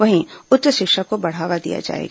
वहीं उच्च शिक्षा को बढ़ावा दिया जाएगा